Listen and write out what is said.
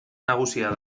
nagusia